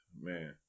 man